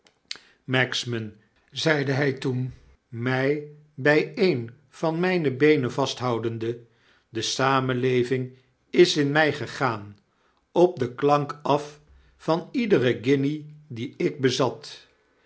magsman zeide hy toen my by een van myne beenen vasthoudende de samenleving is in mij gegaan op de klank af van iederen guinje dien ik bezat